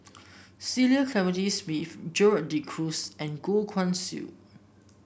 Cecil Clementi Smith Gerald De Cruz and Goh Guan Siew